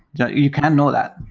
yeah you can't know that.